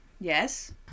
Yes